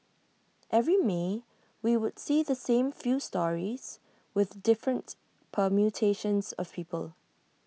every may we would see the same few stories with different permutations of people